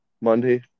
Monday